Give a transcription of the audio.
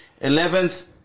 Eleventh